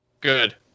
Good